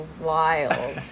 wild